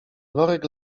worek